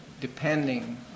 depending